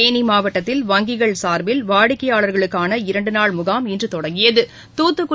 தேனி மாவட்டத்தில் வங்கிகள் சார்பில் வாடிக்கையாளர்களுக்கான இரண்டு நாள் முகாம் இன்று தொடங்கியகு